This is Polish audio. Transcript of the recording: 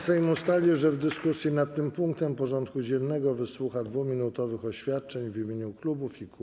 Sejm ustalił, że w dyskusji nad tym punktem porządku dziennego wysłucha 2-minutowych oświadczeń w imieniu klubów i kół.